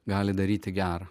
gali daryti gera